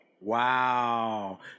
Wow